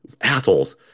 assholes